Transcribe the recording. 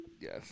Yes